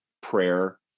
prayer